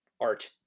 art